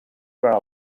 durant